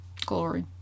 glory